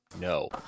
No